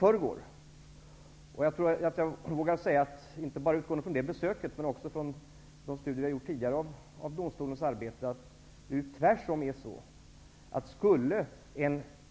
Jag tror att jag vågar säga, och jag utgår då inte bara från det besöket utan också från tidigare gjorda studier av domstolens arbete, att det förhåller sig tvärtom.